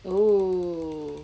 ooh